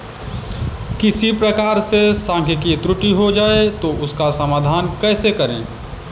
किसी प्रकार से सांख्यिकी त्रुटि हो जाए तो उसका समाधान कैसे करें?